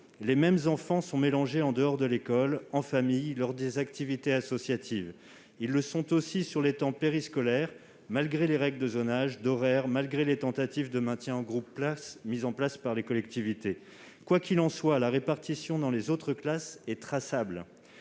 les mêmes enfants sont mélangés en dehors de l'école, en famille, lors des activités associatives. Ils le sont aussi sur les temps périscolaire, malgré les règles de zonage, d'horaires, malgré les tentatives de maintien en groupes « classe » mis en place par les collectivités. Quoi qu'il en soit, la répartition dans les autres classes est traçable.